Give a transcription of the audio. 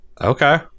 Okay